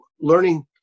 learning